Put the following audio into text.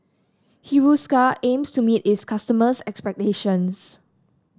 Hiruscar aims to meet its customers' expectations